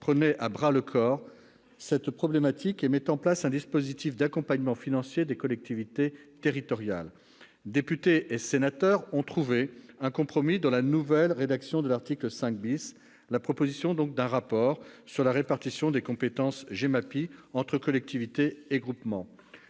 prenait à bras-le-corps cette problématique et mettait en place un dispositif d'accompagnement financier des collectivités territoriales. Députés et sénateurs ont en revanche trouvé un compromis dans la nouvelle rédaction de l'article 5 : la proposition d'un rapport sur la répartition des compétences GEMAPI entre collectivités et groupements,